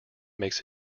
makes